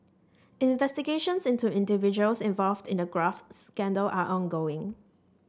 investigations into individuals involved in the graft scandal are ongoing